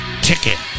ticket